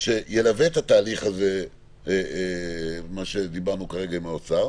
שילווה את התהליך הזה עליו דיברנו הרגע עם האוצר,